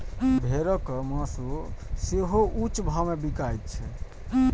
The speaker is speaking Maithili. भेड़क मासु सेहो ऊंच भाव मे बिकाइत छै